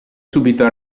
subito